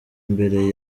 imbere